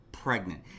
pregnant